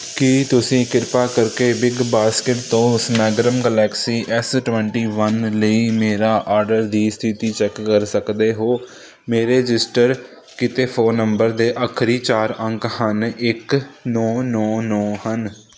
ਕੀ ਤੁਸੀਂ ਕਿਰਪਾ ਕਰਕੇ ਬਿਗ ਬਾਸਕਟ ਤੋਂ ਸੈਮਗਰਮ ਗਲੈਕਸੀ ਐੱਸ ਟਵੈਂਟੀ ਵੰਨ ਲਈ ਮੇਰੇ ਆਰਡਰ ਦੀ ਸਥਿਤੀ ਚੈੱਕ ਕਰ ਸਕਦੇ ਹੋ ਮੇਰੇ ਰਜਿਸਟਰ ਕੀਤੇ ਫ਼ੋਨ ਨੰਬਰ ਦੇ ਆਖਰੀ ਚਾਰ ਅੰਕ ਹਨ ਇੱਕ ਨੌ ਨੌ ਨੌ ਹਨ